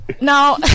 now